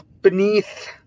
beneath